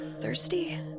Thirsty